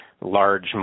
large